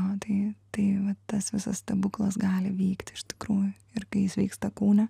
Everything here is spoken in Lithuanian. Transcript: o tai tai vat tas visas stebuklas gali vykti iš tikrųjų ir kai jis vyksta kūne